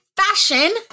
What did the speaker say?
fashion